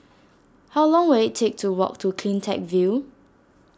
how long will it take to walk to CleanTech View